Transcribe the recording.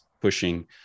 pushing